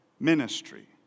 ministry